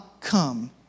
come